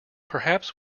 perhaps